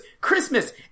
Christmas